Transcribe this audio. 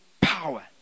power